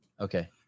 Okay